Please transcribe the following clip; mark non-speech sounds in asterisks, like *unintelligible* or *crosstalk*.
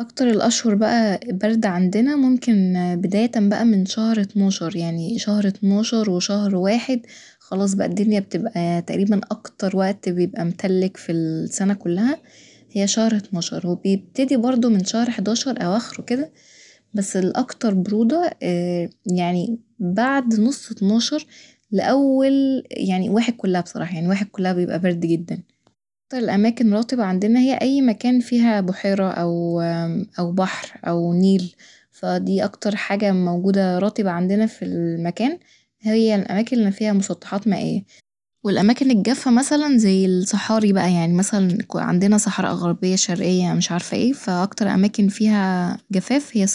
أكتر الاشهر بقى برد عندنا ممكن *hesitation* بداية بقى من شهر اتناشر شهر يعني اتناشر وشهر واحد خلاص بقى الدنيا بتبقى تقريبا أكتر وقت بيبقى متلج ف السنة كلها هي شهر اتناشر وبيبتدي برضه من شهر حداشر أواخره كده ، بس الأكتر برودة *hesitation* يعني بعد نص اتناشر لأول يعني واحد كلها بصراحة يعني واحد كلها بيبقى برد جدا ، أكتر الاماكن رطبة عندنا هي أي مكان فيها بحيرة أو بحر أو نيل ، فدي أكتر حاجة موجودة رطبة عندنا ف المكان هي الاماكن اللي فيها مسطحات مائية والأماكن الجافة مثلا زي ال *hesitation* صحاري بقى يعني مثلا عندنا صحراء غربية شرقية مش عارفة ايه ف اكتر اماكن عندنا فيها جفاف هي *unintelligible*